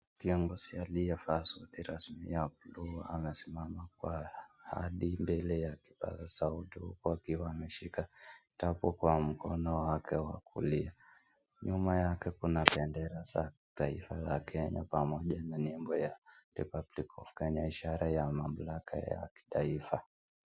Kiongozi aliyevaa suti rasmi ya buluu amesimama kwa hadhi mbele ya kipaza sauti huku akiwa ameshika kitabu kwa mkono wake wa kulia, nyuma yake kuna bendera za taifa ya Kenya pamoja na nembo ya Republic of Kenya ishara ya mamlaka ya kitaifa.